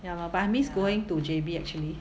ya lor but I miss going to J_B actually